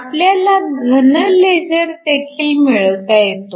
आपल्याला घन लेझर देखील मिळवता येतो